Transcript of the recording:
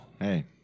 Hey